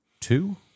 Two